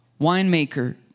winemaker